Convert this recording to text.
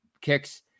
kicks